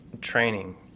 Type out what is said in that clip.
training